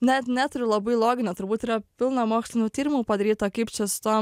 net neturiu labai loginio turbūt yra pilna mokslinių tyrimų padaryta kaip čia su tom